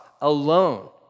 alone